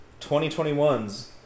2021's